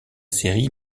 série